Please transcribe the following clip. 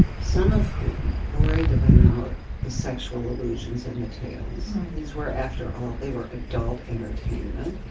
some of whom worried about the sexual allusions in the tales right these were, after all, they were adult entertainment.